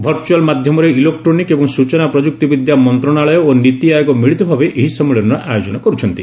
virtual ମାଧ୍ୟମରେ electronics ଏବଂ ସ୍ଟଚନା ପ୍ରଯୁକ୍ତି ବିଦ୍ୟା ମନ୍ତ୍ରଣାଳୟ ଓ ନୀତି ଆୟୋଗ ମିଳିତ ଭାବେ ଏହି ସମ୍ମିଳନୀର ଆୟୋଜନ କରୁଛନ୍ତି